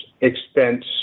expense